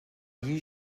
you